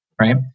right